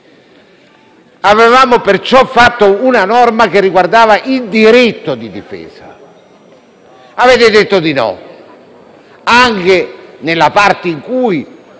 Avevamo perciò scritto una norma che riguardava il diritto di difesa, ma voi avete detto di no,